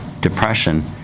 Depression